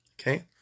Okay